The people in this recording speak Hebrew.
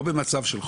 לא במצב של חוסר.